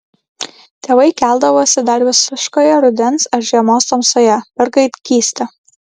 tėvai keldavosi dar visiškoje rudens ar žiemos tamsoje per gaidgystę